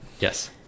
Yes